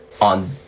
on